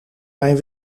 mijn